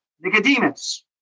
Nicodemus